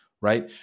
right